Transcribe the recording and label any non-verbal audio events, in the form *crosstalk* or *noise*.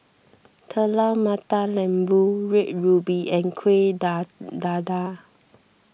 Telur Mata Lembu Red Ruby and Kueh *unintelligible* Dadar